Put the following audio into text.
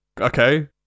okay